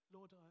Lord